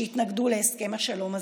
שיתנגדו להסכם השלום הזה.